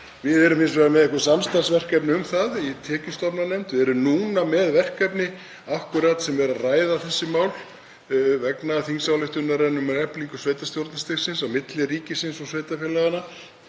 Við erum hins vegar með samstarfsverkefni um það í tekjustofnanefnd. Við erum núna með verkefni þar sem við erum akkúrat að ræða þessi mál vegna þingsályktunarinnar um eflingu sveitarstjórnarstigsins á milli ríkisins og sveitarfélaganna.